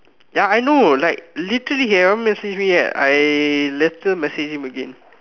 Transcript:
ya I know like literally he haven't message me yet I later message him again